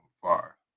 far